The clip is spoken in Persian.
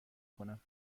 کنم